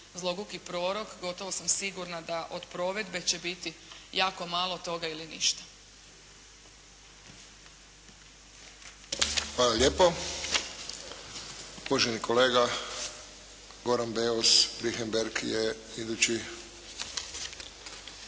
zloguki prorok, gotovo sam sigurna da od provedbe će biti jako malo toga ili ništa. **Friščić, Josip (HSS)** Hvala lijepo. Uvaženi kolega Goran Beus Richembergh je idući.